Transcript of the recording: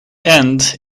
end